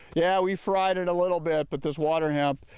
yeah we fried it a little bit but this water hemp.